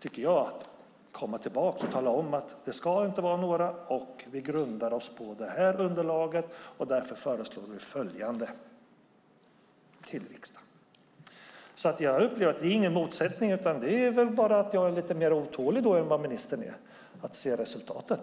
tycker jag, att komma tillbaka till riksdagen och säga: Det ska inte vara några, och vi grundar oss på det här underlaget. Därför föreslår vi följande. Det är ingen motsättning. Jag är väl bara lite mer otålig än vad ministern är när det gäller att se resultatet.